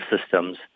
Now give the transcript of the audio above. systems